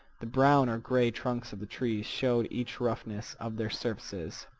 the brown or gray trunks of the trees showed each roughness of their surfaces.